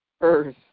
earth